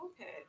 Okay